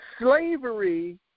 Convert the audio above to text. slavery